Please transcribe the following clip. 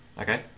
Okay